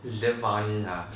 is damn funny !huh!